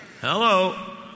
Hello